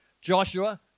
Joshua